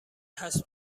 هست